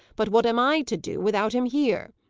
but what am i to do without him here.